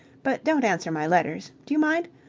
but don't answer my letters. do you mind?